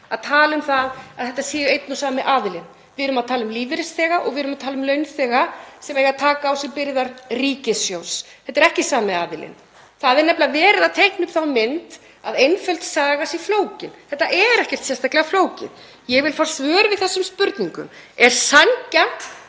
að tala um að þetta sé einn og sami aðilinn. Við erum að tala um lífeyrisþega og við erum að tala um launþega sem eiga að taka á sig byrðar ríkissjóðs. Þetta er ekki sami aðilinn. Það er nefnilega verið að teikna upp þá mynd að einföld saga sé flókin. Þetta er ekkert sérstaklega flókið. Ég vil fá svör við þessum spurningum: Er sanngjarnt